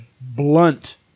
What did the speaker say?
blunt